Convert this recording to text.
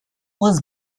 was